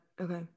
okay